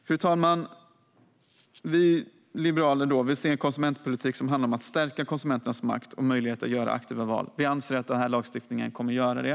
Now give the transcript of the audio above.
Fru talman! Vi liberaler vill se en konsumentpolitik som handlar om att stärka konsumenternas makt och möjlighet att göra aktiva val. Vi anser att den här lagstiftningen kommer att göra det.